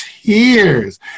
tears